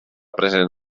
present